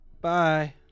Bye